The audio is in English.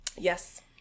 Yes